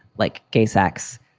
like, gay sex.